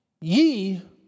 ye